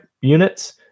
units